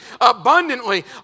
abundantly